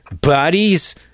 Bodies